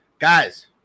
guys